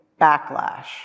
backlash